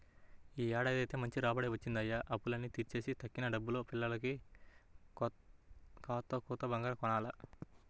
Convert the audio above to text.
యీ ఏడాదైతే మంచి రాబడే వచ్చిందయ్య, అప్పులన్నీ తీర్చేసి తక్కిన డబ్బుల్తో పిల్లకి కాత్తో కూత్తో బంగారం కొనాల